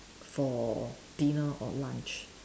for dinner or lunch